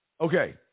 Okay